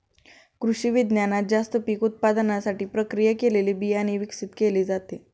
कृषिविज्ञानात जास्त पीक उत्पादनासाठी प्रक्रिया केलेले बियाणे विकसित केले जाते